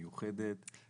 מיוחדת.